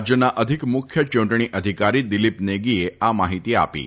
રાજ્યના અધિક મુખ્ય ચૂંટણી અધિકારી દિલીપ નેગીએ આ માહિતી આપી છે